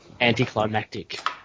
anticlimactic